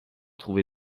trouvé